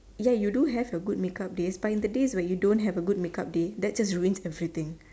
ya you do have your good make up days but in the days where you don't have a good make up day that just ruin everything